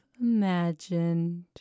imagined